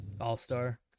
All-Star